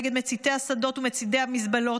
נגד מציתי השדות ומציתי המזבלות,